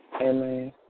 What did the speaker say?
Amen